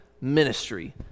ministry